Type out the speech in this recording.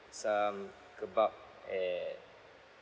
some kebab at